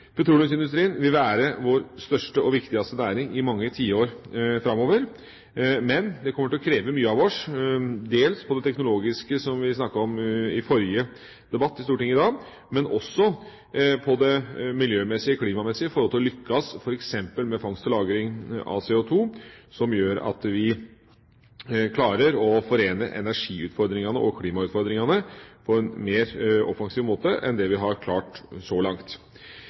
Petroleumsindustrien vil være vår største og viktigste næring i mange tiår framover. Det kommer til å kreve mye av oss, dels på det teknologiske området, som vi snakket om i forrige debatt i Stortinget i dag, men også når det gjelder det miljømessige og klimamessige, f.eks. å lykkes med fangst og lagring av CO2, som gjør at vi klarer å forene energiutfordringene og klimautfordringene på en mer offensiv måte enn det vi har klart så langt.